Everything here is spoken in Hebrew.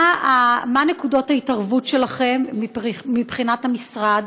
מה נקודות ההתערבות שלכם מבחינת המשרד?